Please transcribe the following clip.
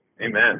Amen